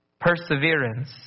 perseverance